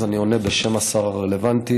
אז אני עונה בשם השר הרלוונטי,